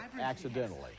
accidentally